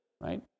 right